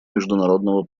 международного